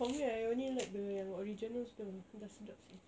for me I only like the yang original store dah sedap seh